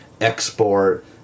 export